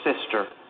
sister